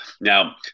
Now